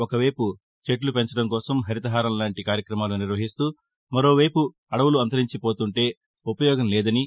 ఒక వైపు చెట్లు పెంచడం కోసం హరితహారం లాంటి కార్యక్రమాలు నిర్వహిస్తూ మరోవైపు అడవులు అంతరించిపోతుంటే ఉపయోగం లేదని